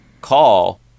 call